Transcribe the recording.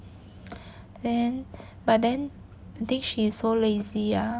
then but then think she is so lazy ah